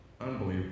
unbelievable